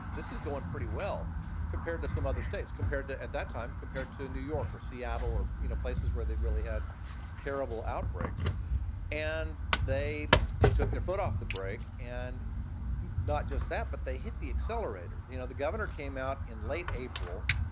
this is going pretty well compared to some other states compared to at that time, compared to new york or seattle or, you know, places where they really had terrible outbreaks and they took their foot off the brake. and not just that, but they hit the accelerator. you know, the governor came out in late april,